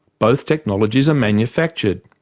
both technologies are manufactured.